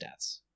stats